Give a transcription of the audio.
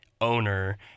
owner